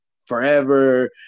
forever